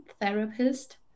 therapist